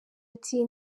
ati